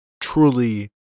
truly